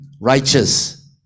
righteous